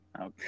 okay